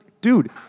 dude